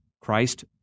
Christ